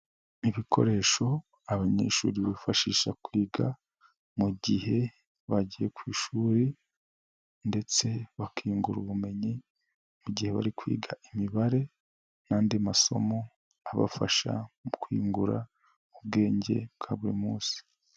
Ibikoresho abanyeshuri bifashisha kwiga mu gihe bagiye ku ishuri, ndetse bakiyungura ubumenyi mu gihe bari kwiga imibare n'andi masomo abafasha mu kwiyungura ubwenge bwa buri munsi.